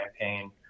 campaign